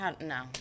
no